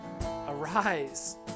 Arise